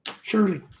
surely